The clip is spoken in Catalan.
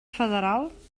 federal